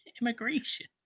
Immigration